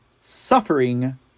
suffering